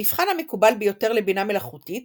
המבחן המקובל ביותר לבינה מלאכותית